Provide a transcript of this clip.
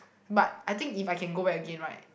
but I think if I can go back again right